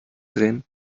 drehen